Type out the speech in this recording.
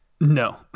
No